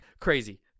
crazy